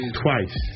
twice